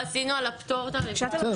לא, עשינו על הפטור את הרוויזיה.